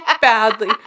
badly